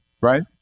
right